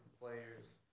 players